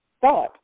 thought